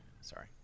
Sorry